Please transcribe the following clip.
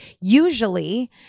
Usually